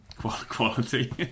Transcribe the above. Quality